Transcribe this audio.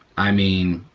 i mean,